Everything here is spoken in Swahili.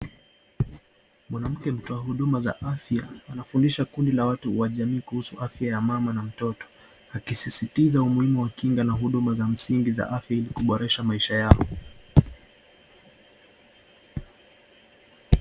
Mwanamke mtoa huduma za afya anafundisha kundi la watu wa jamii kuhusu afya ya mama na mtoto akisisitiza umuhimu wa kinga na huduma za msingi za afya ili kuboresha maisha yao.